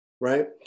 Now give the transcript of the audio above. right